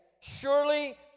Surely